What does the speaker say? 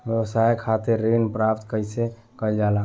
व्यवसाय खातिर ऋण प्राप्त कइसे कइल जाला?